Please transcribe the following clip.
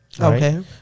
Okay